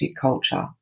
culture